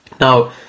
Now